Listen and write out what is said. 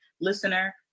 listener